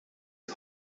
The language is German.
die